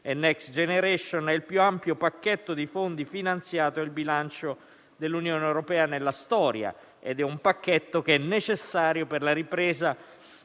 Next generation è il più ampio pacchetto di fondi finanziato dal bilancio dell'Unione europea nella storia ed è un pacchetto che è necessario per la ripresa